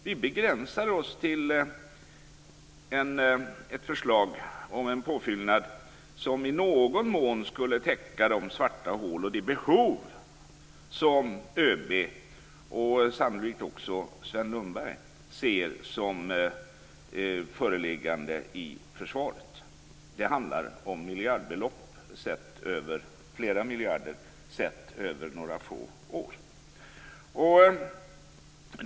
Vi begränsar oss till ett förslag om en påfyllnad som i någon mån skulle täcka de svarta hål och de behov som ÖB och sannolikt också Sven Lundberg själv ser i försvaret. Det handlar om flera miljarder sett över några få år.